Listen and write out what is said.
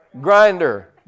grinder